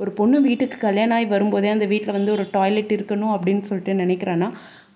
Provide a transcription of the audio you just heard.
ஒரு பொண்ணு வீட்டுக்கு கல்யாணம் ஆகி வரும்போதே அந்த வீட்டில் வந்து ஒரு டாய்லெட் இருக்கணும் அப்படின்னு சொல்லிவிட்டு நினைக்கிறான்னா